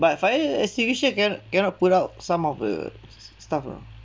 but fire extinguisher cannot cannot put out some of the stuff lah